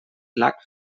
lag